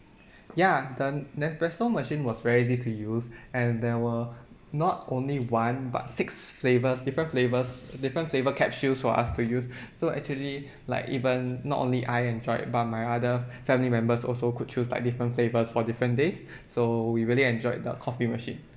ya the nespresso machine was very easy to use and there were not only one but six flavours different flavours different flavour capsules for us to use so actually like even not only I enjoyed but my other family members also could choose like different flavours for different days so we really enjoyed the coffee machine